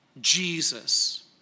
Jesus